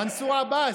מנסור עבאס.